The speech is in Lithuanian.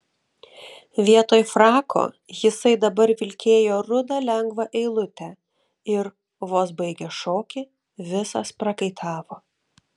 vietoj frako jisai dabar vilkėjo rudą lengvą eilutę ir vos baigęs šokį visas prakaitavo